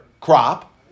crop